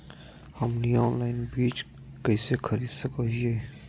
हमनी ऑनलाइन बीज कइसे खरीद सको हीयइ?